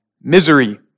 misery